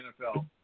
NFL